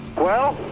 well,